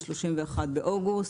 ב-31 באוגוסט.